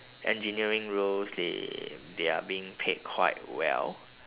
engineering roles they they are being paid quite well